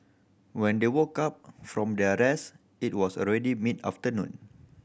when they woke up from their rest it was already mid afternoon